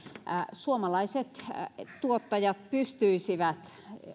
suomalaiset tuottajat pystyisivät